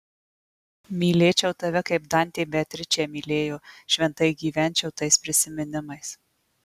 mylėčiau tave kaip dantė beatričę mylėjo šventai gyvenčiau tais prisiminimais